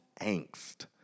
angst